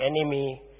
enemy